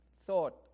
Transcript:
thought